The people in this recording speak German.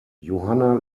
johanna